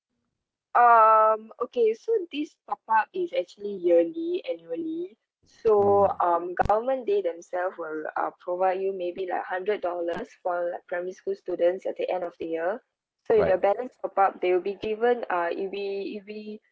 um okay so this top up is actually yearly annually so um government they them self will uh provide you maybe like hundred dollars for like primary school students at the end of the year so if your balance top up they will be given uh it'll be it'll be